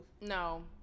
No